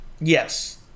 Yes